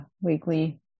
weekly